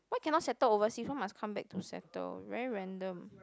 why cannot settle overseas why must come back to settle very random